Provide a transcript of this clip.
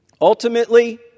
Ultimately